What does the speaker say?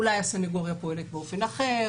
אולי הסניגוריה פועלת באופן אחר,